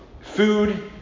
food